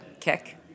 kick